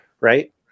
right